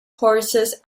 horses